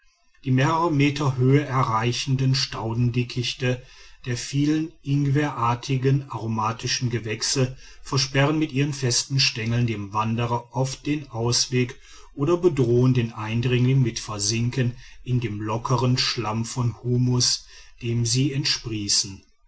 die mehrere meter höhe erreichenden staudendickichte der vielen ingwerartigen aromatischen gewächse versperren mit ihren festen stengeln dem wanderer oft den ausweg oder bedrohen den eindringling mit versinken in dem lockern schlamm von humus dem sie entsprießen